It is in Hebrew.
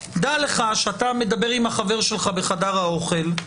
כאשר הוא מדבר עם החבר שלו בחדר האוכל,